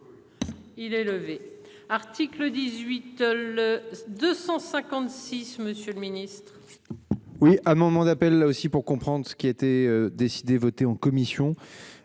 Il est levé. Article 18, le 256. Monsieur le Ministre. Oui, à un moment d'appel là aussi pour comprendre ce qui était décidé voté en commission.